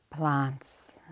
Plants